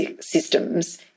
systems